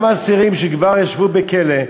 גם האסירים שכבר ישבו בכלא,